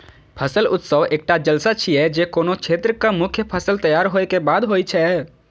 फसल उत्सव एकटा जलसा छियै, जे कोनो क्षेत्रक मुख्य फसल तैयार होय के बाद होइ छै